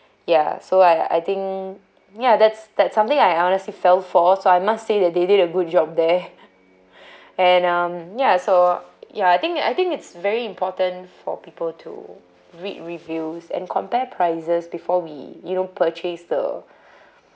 ya so I I think ya that's that something I honestly fell for so I must say that they did a good job there and um ya so ya I think I think it's very important for people to read reviews and compare prices before we you know purchase the